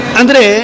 andre